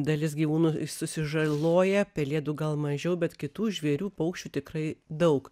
dalis gyvūnų susižaloja pelėdų gal mažiau bet kitų žvėrių paukščių tikrai daug